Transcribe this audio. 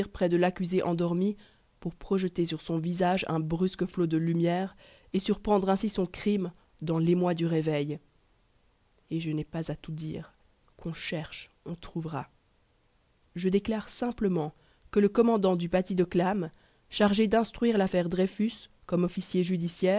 près de l'accusé endormi pour projeter sur son visage un brusque flot de lumière et surprendre ainsi son crime dans l'émoi du réveil et je n'ai pas à tout dire qu'on cherche on trouvera je déclare simplement que le commandant du paty de clam chargé d'instruire l'affaire dreyfus comme officier judiciaire